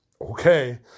okay